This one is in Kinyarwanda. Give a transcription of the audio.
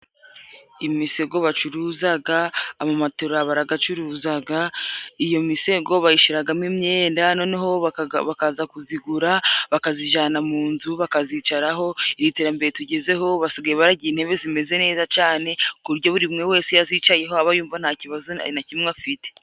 Imisego bacuruzaga，amamatora baragacuruzaga， iyo misego bayishiragamo imyenda，noneho bakaza kuzigura， bakazijana mu nzu bakazicaraho， iri terambere tugezeho basigaye baragira intebe zimeze neza cane， ku buryo buri umwe wese iyo azicayeho aba yumva nta kibazo na kimwe afite.